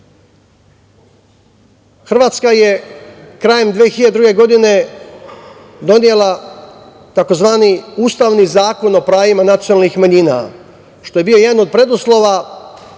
Hrvatska je krajem 2002. godine donela tzv. ustavni zakon o pravima nacionalnih manjina, što je bio jedan od preduslova